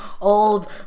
old